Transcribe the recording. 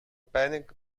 panic